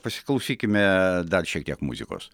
pasiklausykime dar šiek tiek muzikos